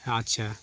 আচ্ছা